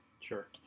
Sure